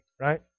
Right